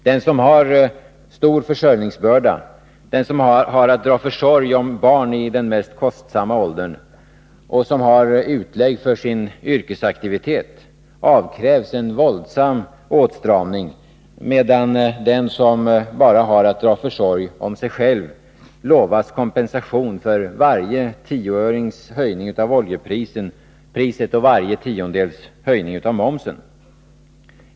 Den som har stor försörjningsbörda, den som har att dra försorg om barn i den mest kostsamma åldern och den som har utlägg för sin yrkesaktivitet avkrävs en våldsam åtstramning medan den som bara har att dra försorg om sig själv lovas kompensation för varje tioörings höjning av oljepriset och varje tiondels höjning av momsen.